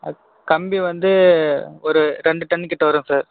கம்பி வந்து ஒரு ரெண்டு டன் கிட்ட வரும் சார்